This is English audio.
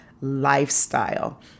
lifestyle